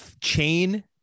chain